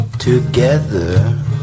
together